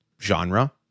genre